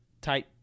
type